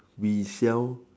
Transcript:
we sell